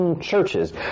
churches